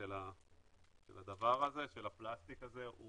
של הפלסטיק הזה הוא